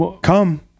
Come